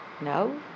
No